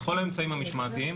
בכל האמצעים המשמעתיים,